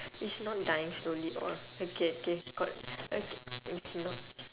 is not dying slowly or okay okay got okay it's not